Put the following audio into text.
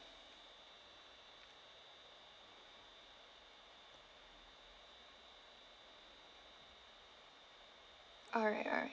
alright alright